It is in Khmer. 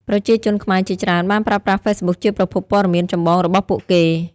ប្រជាជនខ្មែរជាច្រើនបានប្រើប្រាស់ហ្វេសប៊ុកជាប្រភពព័ត៌មានចម្បងរបស់ពួកគេ។